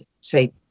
say